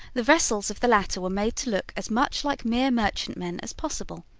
the vessels of the latter were made to look as much like mere merchantmen as possible.